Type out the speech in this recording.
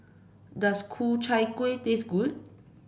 does Ku Chai Kueh taste good